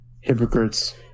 hypocrites